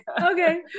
Okay